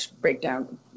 breakdown